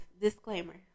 disclaimer